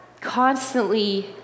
constantly